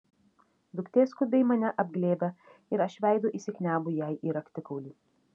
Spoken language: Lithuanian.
duktė skubiai mane apglėbia ir aš veidu įsikniaubiu jai į raktikaulį